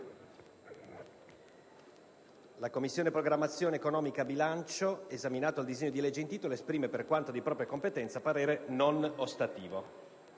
«La Commissione programmazione economica, bilancio, esaminato il disegno di legge in titolo, esprime, per quanto di propria competenza, parere non ostativo